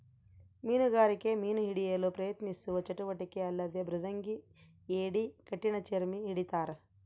ಮೀನುಗಾರಿಕೆ ಮೀನು ಹಿಡಿಯಲು ಪ್ರಯತ್ನಿಸುವ ಚಟುವಟಿಕೆ ಅಲ್ಲದೆ ಮೃದಂಗಿ ಏಡಿ ಕಠಿಣಚರ್ಮಿ ಹಿಡಿತಾರ